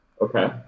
Okay